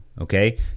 okay